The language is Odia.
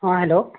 ହଁ ହ୍ୟାଲୋ